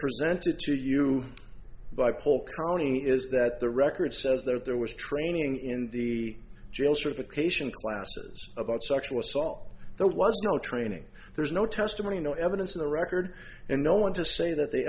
presented to you by paul carney is that the record says that there was training in the jail certification classes about sexual assault there was no training there's no testimony no evidence in the record and no one to say that they